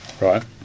Right